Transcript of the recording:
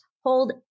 hold